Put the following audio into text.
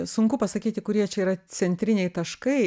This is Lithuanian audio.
sunku pasakyti kurie čia yra centriniai taškai